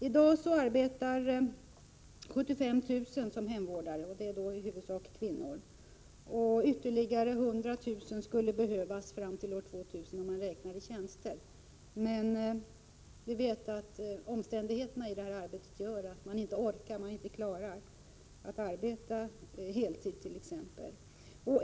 I dag arbetar 75 000 personer som hemvårdare, i huvudsak kvinnor, och ytterligare 100 000 skulle behövas fram till år 2000 räknat i antal tjänster. Omständigheterna i detta arbete gör att personalen t.ex. inte orkar arbeta heltid.